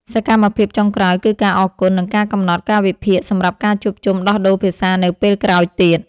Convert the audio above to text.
សកម្មភាពចុងក្រោយគឺការអរគុណ និងការកំណត់កាលវិភាគសម្រាប់ការជួបជុំដោះដូរភាសានៅពេលក្រោយទៀត។